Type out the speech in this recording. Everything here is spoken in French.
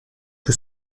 que